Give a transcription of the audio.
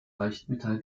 leichtmetall